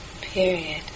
period